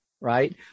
Right